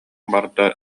барда